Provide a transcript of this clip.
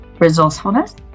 resourcefulness